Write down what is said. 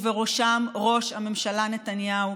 ובראשם ראש הממשלה נתניהו,